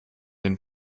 den